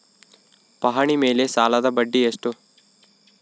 ಪಹಣಿ ಮೇಲೆ ಸಾಲದ ಬಡ್ಡಿ ಎಷ್ಟು?